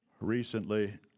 Recently